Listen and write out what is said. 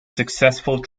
successful